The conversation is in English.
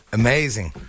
amazing